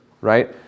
Right